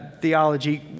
theology